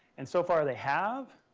and so far they have.